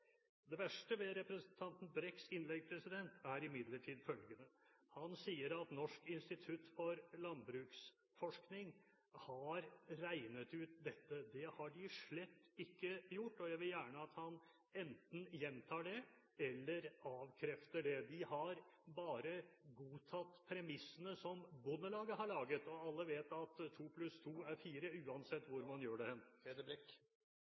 Det verste ved representanten Brekks innlegg er imidlertid følgende: Han sier at Norsk institutt for landbruksøkonomisk forskning har regnet ut dette. Det har de slett ikke gjort. Jeg vil gjerne at han enten gjentar det eller avkrefter det. De har bare godtatt premissene som Bondelaget har laget. Alle vet at to pluss to er fire, uansett